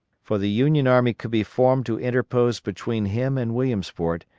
for the union army could be formed to interpose between him and williamsport,